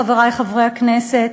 חברי חברי הכנסת?